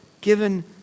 given